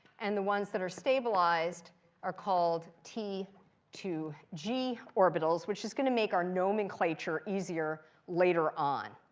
and the ones that are stabilized are called t two g orbitals, which is going to make our nomenclature easier later on.